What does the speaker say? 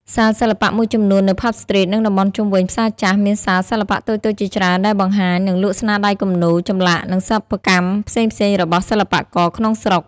សាលសិល្បៈមួយចំនួននៅ ផ៉ាប់ ស្រ្ទីត និង តំបន់ជុំវិញ ផ្សារចាស់ មានសាលសិល្បៈតូចៗជាច្រើនដែលបង្ហាញ និងលក់ស្នាដៃគំនូរ ចម្លាក់ និងសិប្បកម្មផ្សេងៗរបស់សិល្បករក្នុងស្រុក។